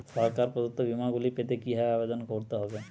সরকার প্রদত্ত বিমা গুলি পেতে কিভাবে আবেদন করতে হবে?